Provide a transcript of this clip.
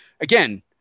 again